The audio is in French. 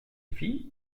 fille